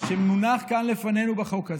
שמונח כאן לפנינו בחוק הזה,